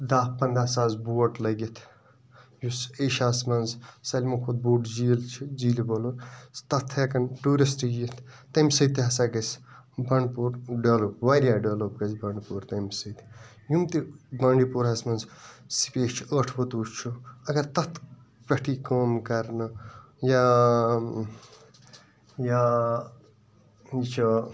دَہ پَنٛداہ ساس بوٹ لٔگِتھ یُس ایشیاہَس مَنٛز سٲلمو کھۄتہٕ بوٚڈ جیٖل چھ جیٖلہِ وۄلُر تتھ تہِ ہیٚکان ٹیٛوٗرِسٹہٕ یِتھ تَمہِ سۭتۍ تہِ ہَسا گَژھِ بنٛڈٕپوٗر ڈیٚولپ واریاہ ڈیٚولپ گَژھِ بنٛڈپوٗر تمہِ سۭتۍ یم تہِ بانٛڈی پوراہَس مَنٛز سُپیس چھ ٲٹھٕ وتو چھُ اگر تتھ پٮ۪ٹھ یی کٲم کَرنہٕ یا یا یہِ چھُ